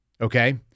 Okay